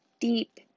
deep